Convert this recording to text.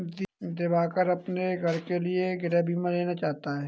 दिवाकर अपने नए घर के लिए गृह बीमा लेना चाहता है